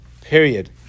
period